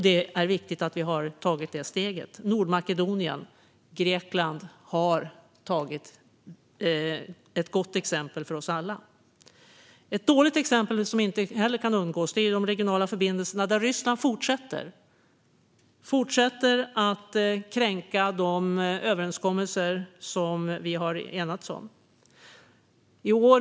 Det är viktigt att vi har tagit det steget. Nordmakedonien och Grekland har gett ett gott exempel för oss alla. Ett dåligt exempel, som inte heller kan undgås, gäller de regionala förbindelserna. Ryssland fortsätter att kränka de överenskommelser som vi har enats om.